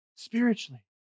Spiritually